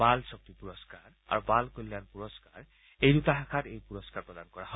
বাল শক্তি পূৰস্থাৰ আৰু বাল কল্যাণ পূৰস্থাৰ দুটা শাখাত এই পূৰস্থাৰ প্ৰদান কৰা হয়